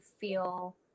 feel